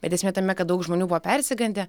bet esmė tame kad daug žmonių buvo persigandę